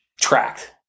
tracked